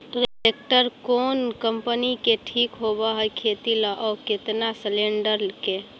Tractor कोन company के ठीक होब है खेती ल औ केतना सलेणडर के?